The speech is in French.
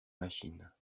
machines